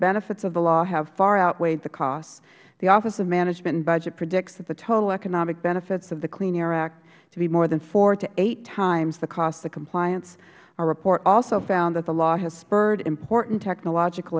benefits of the law have far outweighed the costs the office of management and budget predicts that the total economic benefits of the clean air act to be more than four to eight times the cost of the compliance our report also found that the law has spurred important technological